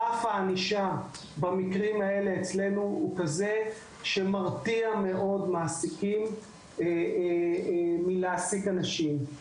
רף הענישה במקרים האלה אצלנו מרתיע מאוד מעסיקים מלהעסיק אנשים.